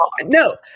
No